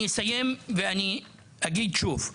אני אגיד שוב.